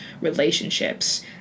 relationships